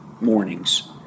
mornings